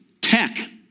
tech